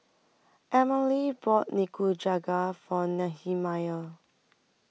Emmalee bought Nikujaga For Nehemiah